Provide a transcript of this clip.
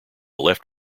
left